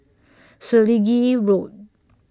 Selegie Road